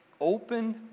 open